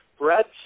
Brett